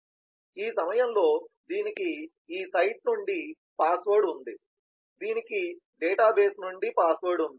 కాబట్టి ఈ సమయంలో దీనికి ఈ సైట్ నుండి పాస్వర్డ్ ఉంది దీనికి డేటాబేస్ నుండి పాస్వర్డ్ ఉంది